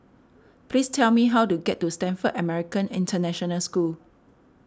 please tell me how to get to Stamford American International School